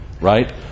right